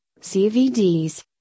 cvds